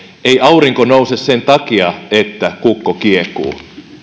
ei aurinko nouse sen takia että kukko kiekuu